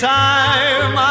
time